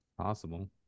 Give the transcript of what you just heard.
Possible